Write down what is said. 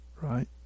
right